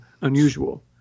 unusual